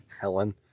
helen